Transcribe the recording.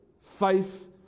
Faith